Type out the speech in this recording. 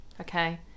Okay